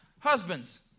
Husbands